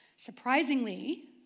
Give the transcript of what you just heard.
Surprisingly